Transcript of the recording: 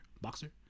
boxer